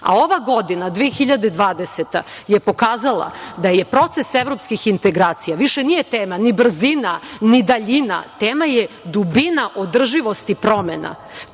Ova godina 2020. je pokazala da je proces evropskih integracija, više nije tema ni brzina, ni daljina, tema je dubina održivosti promena